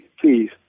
please